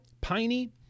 piney